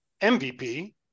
MVP